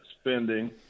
spending